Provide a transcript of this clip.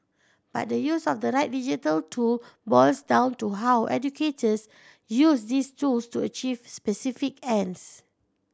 but the use of the right digital tool boils down to how educators use these tools to achieve specific ends